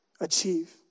Achieve